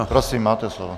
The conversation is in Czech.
Prosím, máte slovo.